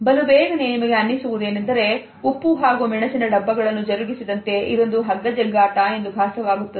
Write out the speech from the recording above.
ಬಲುಬೇಗನೆ ನಿಮಗೆ ಅನ್ನಿಸುವುದೇನೆಂದರೆ ಉಪ್ಪು ಹಾಗೂ ಮೆಣಸಿನ ಡಬ್ಬಗಳನ್ನು ಜರುಗಿಸಿ ದಂತೆ ಇದೊಂದು ಹಗ್ಗಜಗ್ಗಾಟ ಎಂದು ಭಾಸವಾಗುತ್ತದೆ